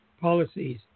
policies